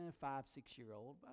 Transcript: five-six-year-old